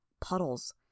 Puddles